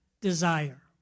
desire